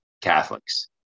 Catholics